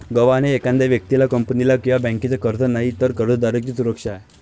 गहाण हे एखाद्या व्यक्तीला, कंपनीला किंवा बँकेचे कर्ज नाही, तर कर्जदाराची सुरक्षा आहे